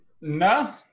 no